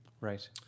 Right